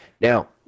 Now